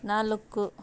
ನಾಲ್ಕು